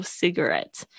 cigarettes